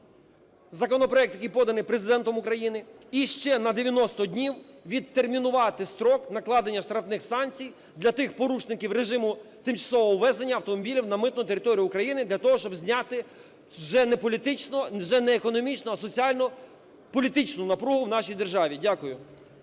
законопроект, який поданий Президентом України, і ще на 90 днів відтермінувати строк накладення штрафних санкцій для тих порушників режиму тимчасового ввезення автомобілів на митну територію України для того, щоб зняти вже не економічну, а соціально-політичну напругу в нашій державі. Дякую.